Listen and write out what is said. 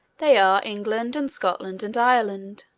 they are england and scotland, and ireland.